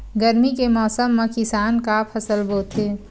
गरमी के मौसम मा किसान का फसल बोथे?